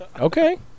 Okay